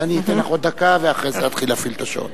ואני אתן לך עוד דקה ואחרי זה אתחיל להפעיל את השעון.